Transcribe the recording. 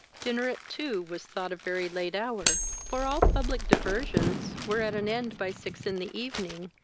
dinner at two was thought a very late hour for all public diversions were at an end by six in the evening,